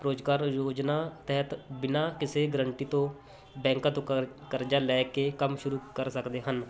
ਰੋਜ਼ਗਾਰ ਯੋਜਨਾ ਤਹਿਤ ਬਿਨਾਂ ਕਿਸੇ ਗਰੰਟੀ ਤੋਂ ਬੈਂਕਾਂ ਤੋਂ ਕ ਕਰਜ਼ਾ ਲੈ ਕੇ ਕੰਮ ਸ਼ੁਰੂ ਕਰ ਸਕਦੇ ਹਨ